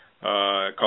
call